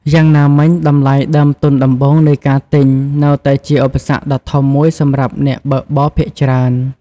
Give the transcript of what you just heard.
យ៉ាងណាមិញ តម្លៃដើមទុនដំបូងនៃការទិញ នៅតែជាឧបសគ្គដ៏ធំមួយសម្រាប់អ្នកបើកបរភាគច្រើន។